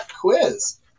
quiz